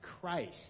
Christ